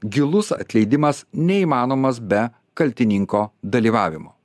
gilus atleidimas neįmanomas be kaltininko dalyvavimo